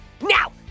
Now